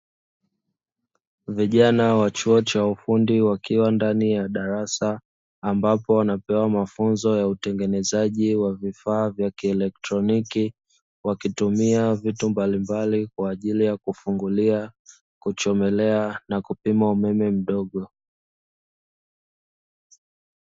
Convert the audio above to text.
Vijana wa chuo cha ufundi wakiwa ndani ya darasa ambapo wanapewa mafunzo ya utengenezaji wa vifaa vya kieletroniki, wakitumia vitu mbalimbali kwa ajili ya: kufungulia, kuchomelea na kupima umeme mdogo.